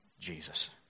Jesus